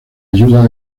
ayuda